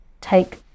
take